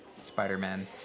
Spider-Man